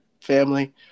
family